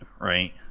right